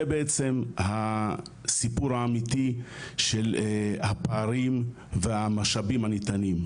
בעצם הסיפור האמיתי של הפערים והמשאבים הניתנים,